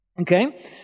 Okay